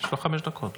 --- יש לך חמש דקות.